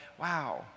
wow